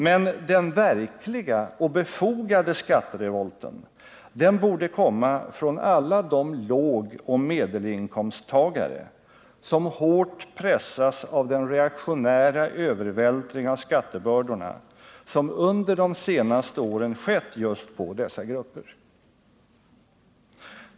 Men den verkliga och befogade skatterevolten borde komma från alla de lågoch medelinkomsttagare som hårt pressas av den reaktionära övervältring av skattebördorna just på dessa grupper som skett under de senaste åren.